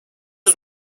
yüz